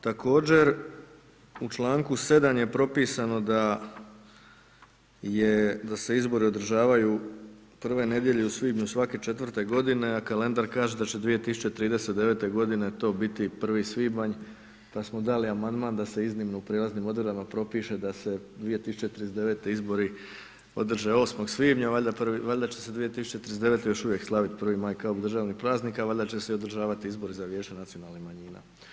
Također u članku 7., je propisano da je, da se izbori održavaju prve nedjelje u svibnju svake četvrte godine, a kalendar kaže da će 2039. godine to biti 01. svibanj, pa smo dali amandman da se iznimno u prijelaznim odredbama propiše da se 2039. izbori održe 08. svibnja, valjda će se 2039. još uvijek slavit 1. maj kao državni praznik, a valjda će se i održavati izbori za Vijeće nacionalnih manjina.